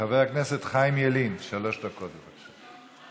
חבר הכנסת חיים ילין, שלוש דקות, בבקשה.